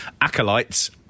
acolytes